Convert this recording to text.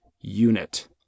unit